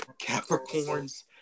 Capricorn's